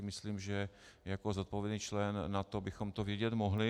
Myslím si, že jako zodpovědný člen NATO bychom to vědět mohli.